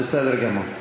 בסדר גמור.